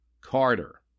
Carter